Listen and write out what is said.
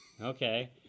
okay